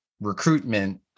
recruitment